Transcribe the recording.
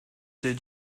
did